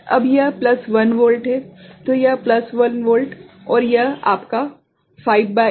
अब यह plus 1 volt है तो यह प्लस 1 वोल्ट और यह आपका 5 भागित 8 है